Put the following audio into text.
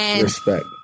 Respect